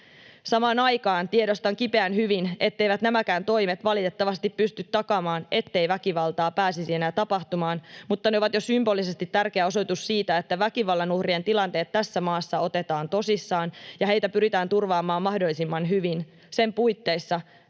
Samaan aikaan tiedostan kipeän hyvin, etteivät nämäkään toimet valitettavasti pysty takaamaan, ettei väkivaltaa pääsisi enää tapahtumaan, mutta ne ovat jo symbolisesti tärkeä osoitus siitä, että väkivallan uhrien tilanteet tässä maassa otetaan tosissaan ja heitä pyritään turvaamaan mahdollisimman hyvin sen puitteissa,